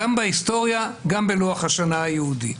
גם בהיסטוריה, גם בלוח השנה היהודי.